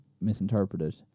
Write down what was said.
misinterpreted